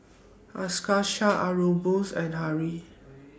Akshay Aurangzeb and Hri